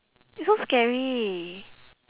it's so scary